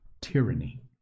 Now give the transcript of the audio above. Tyranny